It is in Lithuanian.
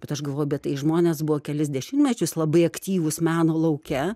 bet aš galvoju bet tai žmonės buvo kelis dešimtmečius labai aktyvūs meno lauke